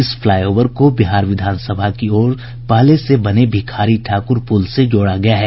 इस फ्लाईओवर को बिहार विधान सभा की ओर पहले से बने भिखारी ठाकुर पुल से जोड़ा गया है